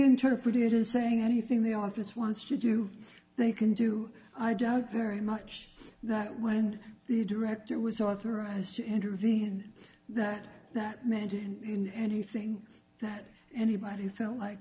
interpreted in saying anything the office wants to do they can do i doubt very much that when the director was authorized to intervene that that meant and anything that anybody felt like